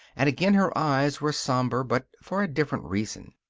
and again her eyes were somber, but for a different reason.